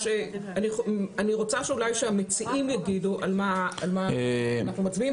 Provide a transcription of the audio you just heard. אני רוצה שאולי המציעים יגידו על מה אנחנו מצביעים.